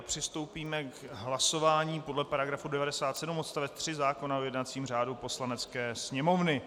Přistoupíme k hlasování podle § 97 odst. 3 zákona o jednacím řádu Poslanecké sněmovny.